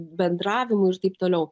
bendravimui ir taip toliau